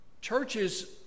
Churches